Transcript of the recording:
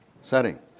setting